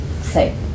say